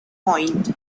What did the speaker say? point